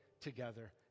together